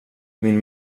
min